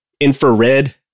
infrared